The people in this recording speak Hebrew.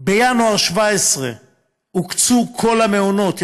בינואר 2017 הוקצו כל המעונות,